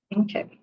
Okay